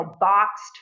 boxed